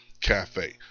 Cafe